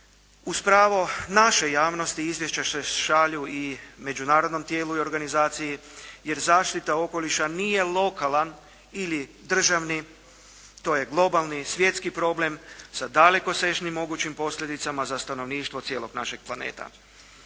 Uz pravo naše javnosti izvješća se šalju i međunarodnom tijelu i organizaciji, jer zaštita okoliša nije lokalan ili državni, to je globalni svjetski problem sa dalekosežnim mogućim posljedicama za stanovništvo cijelog našeg planeta.